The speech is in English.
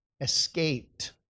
escaped